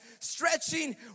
Stretching